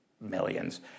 millions